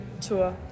tour